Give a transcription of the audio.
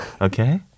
Okay